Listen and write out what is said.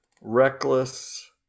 reckless